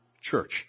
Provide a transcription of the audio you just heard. church